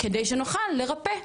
כדי שנוכל לרפא.